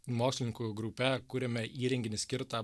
mokslininkų grupe kuriame įrenginį skirtą